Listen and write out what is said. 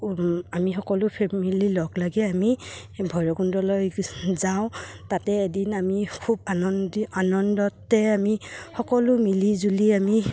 আমি সকলো ফেমিলি লগ লাগি আমি ভৈৰৱকুণ্ডলৈ যাওঁ তাতে এদিন আমি খুব আনন্দ আনন্দতে আমি সকলো মিলিজুলি আমি